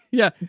yeah.